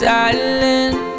Silent